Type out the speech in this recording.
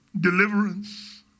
Deliverance